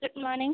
good morning